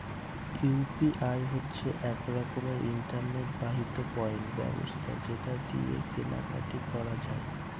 UPI হচ্ছে এক রকমের ইন্টারনেট বাহিত পেমেন্ট ব্যবস্থা যেটা দিয়ে কেনা কাটি করা যায়